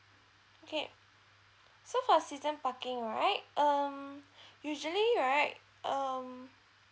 okay so for season parking right um usually right um